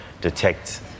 detect